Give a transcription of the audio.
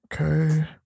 Okay